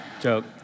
Joke